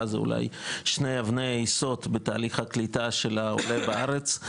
זה אולי שני אבני היסוד בתהליך הקליטה של העולה בארץ.